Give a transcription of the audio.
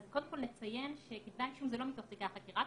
אז קודם כל נציין שכתבי האישום זה לא מתוך תיקי החקירה,